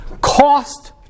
Cost